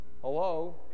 Hello